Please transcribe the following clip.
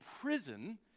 prison